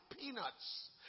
Peanuts